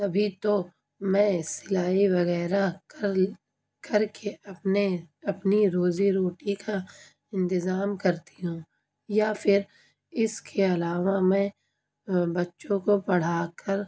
تبھی تو میں سلائی وغیرہ کر کر کے اپنے اپنی روزی روٹی کا انتظام کرتی ہوں یا پھر اس کے علاوہ میں بچوں کو پڑھا کر